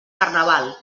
carnaval